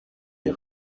est